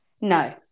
No